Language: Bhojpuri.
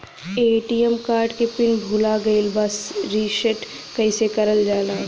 ए.टी.एम कार्ड के पिन भूला गइल बा रीसेट कईसे करल जाला?